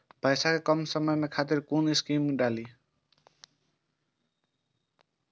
पैसा कै कम समय खातिर कुन स्कीम मैं डाली?